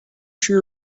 sure